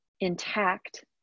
intact